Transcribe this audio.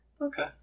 Okay